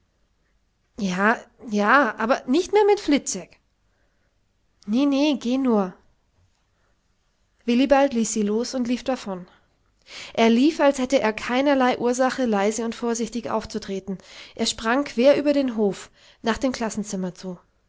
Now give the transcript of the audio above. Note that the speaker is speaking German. ja ja aber nicht mehr mit fliczek'n nee nee geh nur willibald ließ sie los und lief davon er lief als hätte er keinerlei ursache leise und vorsichtig aufzutreten er sprang quer über den hof nach dem classenzimmer zu